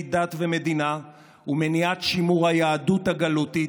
דת ומדינה ומניעת שימור היהדות הגלותית,